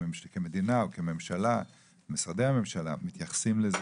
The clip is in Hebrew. כמדינה, או כממשלה, משרד הממשלה, מתייחסים לזה?